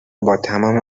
باتمام